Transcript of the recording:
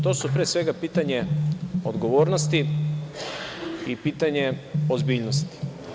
To su, pre svega, pitanje odgovornosti i pitanje ozbiljnosti.